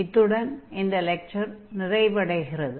இத்துடன் இந்த லெக்சர் நிறைவடைகிறது